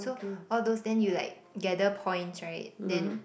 so all those then you like gather points right then